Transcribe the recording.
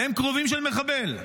והם קרובים של מחבל.